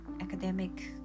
academic